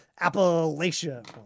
Appalachia